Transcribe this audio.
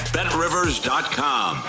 BetRivers.com